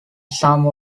some